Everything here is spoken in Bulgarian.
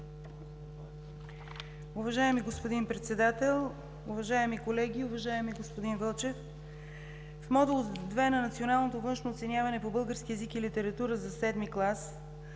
Уважаеми господин Председател, уважаеми колеги! Уважаеми господин Вълчев, модул 2 на Националното външно оценяване по български език и литература за VII клас,